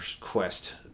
quest